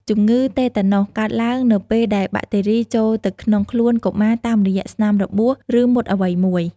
ជម្ងឺតេតាណូសកើតឡើងនៅពេលដែលបាក់តេរីចូលទៅក្នុងខ្លួនកុមារតាមរយៈស្នាមរបួស ឬមុតអ្វីមួយ។